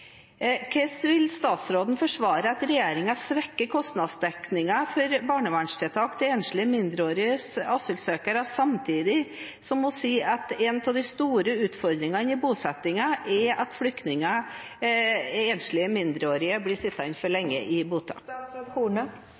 Hvordan vil statsråden forsvare at regjeringen svekker kostnadsdekningen for barnevernstiltak til enslige mindreårige asylsøkere samtidig som hun sier at en av de store utfordringene i bosettingen er at enslige mindreårige blir sittende for lenge i